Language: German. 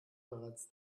bereits